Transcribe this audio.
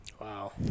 Wow